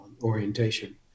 orientation